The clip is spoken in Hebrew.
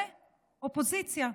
ואופוזיציה.